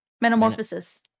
Metamorphosis